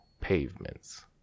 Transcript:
pavements